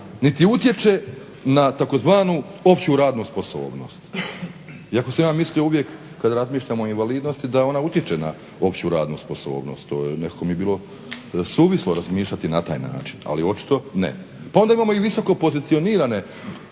niti utječe na tzv. opću radnu sposobnost, iako sam ja mislio uvijek kad razmišljam o invalidnosti da ona utječe na opću radnu sposobnost. Nekako mi je bilo suvislo razmišljati na taj način, ali očito ne. Pa onda imamo i visoko pozicionirane